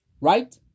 Right